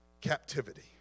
captivity